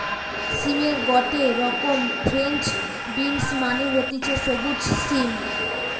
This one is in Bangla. সিমের গটে রকম ফ্রেঞ্চ বিনস মানে হতিছে সবুজ সিম